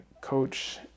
coach